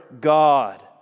God